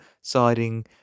siding